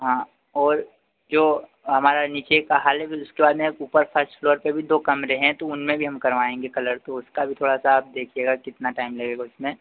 हाँ और जो हमारा नीचे का हाल है फिर उसके बाद में है एक ऊपर फश फ्लोर पर भी दो कमरे हैं तो उनमें भी हम करवाएँगे कलर तो उसका भी थोड़ा सा आप देखिएगा कितना टाइम लगेगा उसमें